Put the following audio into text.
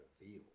reveal